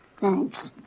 Thanks